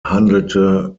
handelte